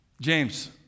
James